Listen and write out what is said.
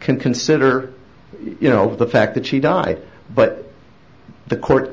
can consider you know the fact that she died but the court